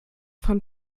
von